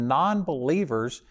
non-believers